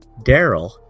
Daryl